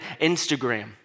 Instagram